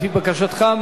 לפי בקשתך,